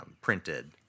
printed